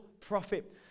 prophet